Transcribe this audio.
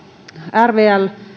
rvl